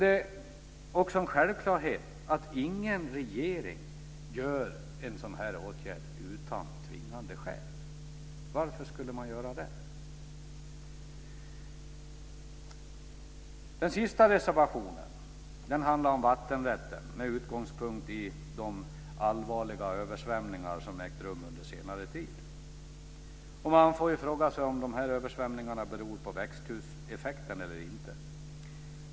Det är också en självklarhet att ingen regering gör en sådan åtgärd utan tvingande skäl. Varför skulle man göra det? Den sista reservationen handlar om vattenrätten med utgångspunkt i de allvarliga översvämningar som ägt rum under senare tid. Man frågar sig om översvämningarna beror på växthuseffekten eller inte.